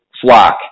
flock